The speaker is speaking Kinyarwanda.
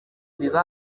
biba